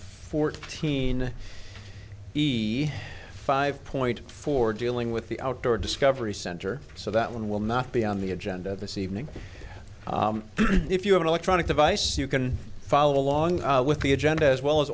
fourteen he five point four dealing with the outdoor discovery center so that one will not be on the agenda this evening if you have an electronic device you can follow along with the agenda as well as